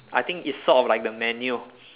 I think it's sort of like the menu